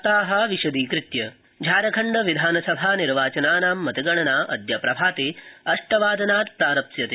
झारखण्डे मतगणना झारखण्डविधानसभानिर्वाचनानां मतगणना अदय प्रभाते अष्टवा नात प्राप्स्यते